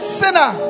sinner